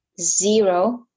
zero